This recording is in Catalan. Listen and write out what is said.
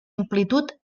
amplitud